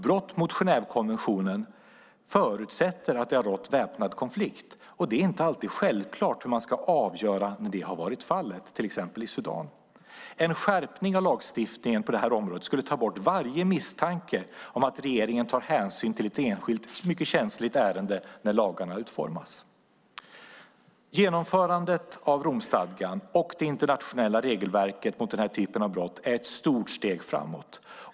Brott mot Genèvekonventionen förutsätter att det har rått väpnad konflikt, och det är inte alltid självklart hur man ska avgöra om det har varit fallet, till exempel i Sudan. En skärpning av lagstiftningen på det här området skulle ta bort varje misstanke om att regeringen tar hänsyn till ett enskilt mycket känsligt ärende när lagarna utformas. Genomförandet av Romstadgan och det internationella regelverket mot den här typen av brott är ett stort steg framåt.